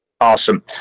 Awesome